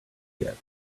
yet